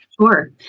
Sure